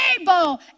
able